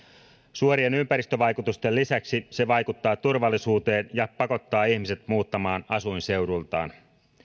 suorien ympäristövaikutusten lisäksi se vaikuttaa turvallisuuteen ja pakottaa ihmiset muuttamaan asuinseuduiltaan